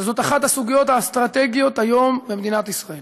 שזאת אחת הסוגיות האסטרטגיות כיום במדינת ישראל.